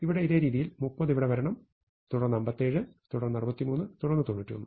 ഇവിടെ ഇതേ രീതിയിൽ 30 ഇവിടെ വരണം തുടർന്ന് 57 തുടർന്ന് 63 തുടർന്ന് 91